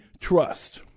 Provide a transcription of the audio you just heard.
trust